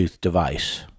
device